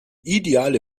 ideale